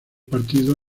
partidos